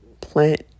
plant